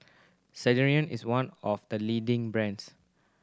Ceradan is one of the leading brands